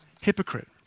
hypocrite